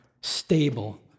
stable